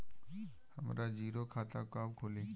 हमरा जीरो खाता कब खुली?